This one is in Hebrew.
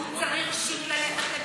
אנחנו לא יכולים לעקוף את הבחירות.